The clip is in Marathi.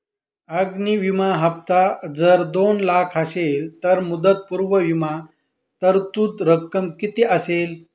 अग्नि विमा हफ्ता जर दोन लाख असेल तर मुदतपूर्व विमा तरतूद रक्कम किती असेल?